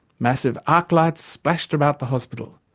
massive arc-lights splashed about the hospital,